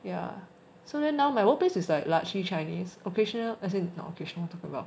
ya so then now my workplace is like largely chinese occasional as in not occasional talk about